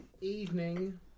evening